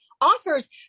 offers